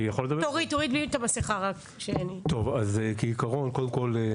קודם כול,